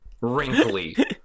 wrinkly